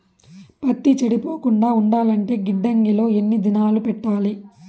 పత్తి చెడిపోకుండా ఉండాలంటే గిడ్డంగి లో ఎన్ని దినాలు పెట్టాలి?